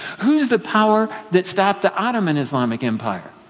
who is the power that stopped the ottoman islamic empire?